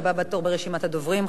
הבא בתור ברשימת הדוברים,